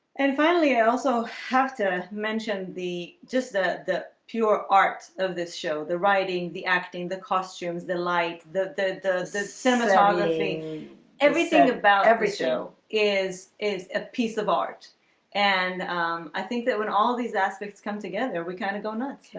and finally, i also have to mention the just the the pure art of this show the writing the acting the costumes the light the the the seminar lovely everything about every show is is a piece of art and i think that when all these aspects come together, we kind of go nuts.